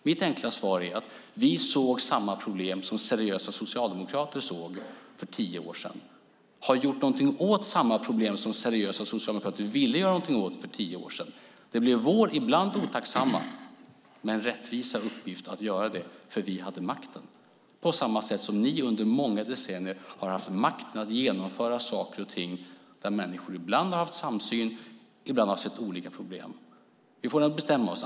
Mitt svar är att vi såg samma problem som seriösa socialdemokrater såg för tio år sedan. Vi har gjort någonting åt samma problem som seriösa socialdemokrater ville göra någonting åt för tio år sedan. Det blev vår ibland otacksamma men rättvisa uppgift att göra det eftersom vi hade makten, på samma sätt som ni under många decennier har haft makten att genomföra saker och ting där människor ibland har haft samsyn och ibland har sett olika problem. Vi får bestämma oss.